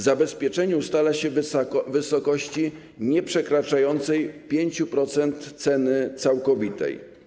Zabezpieczenie ustala się w wysokości nieprzekraczającej 5% ceny całkowitej.